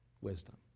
wisdom